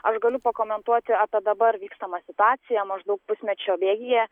aš galiu pakomentuoti apie dabar vykstamą situaciją maždaug pusmečio bėgyje